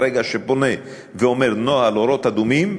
ברגע שהוא פונה ואומר "נוהל אורות אדומים",